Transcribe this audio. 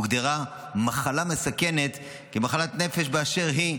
הוגדרה מחלה מסוכנת כמחלת נפש באשר היא,